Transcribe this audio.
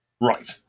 Right